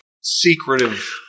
secretive